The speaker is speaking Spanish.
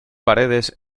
paredes